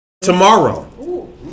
tomorrow